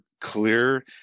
clear